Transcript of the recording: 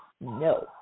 No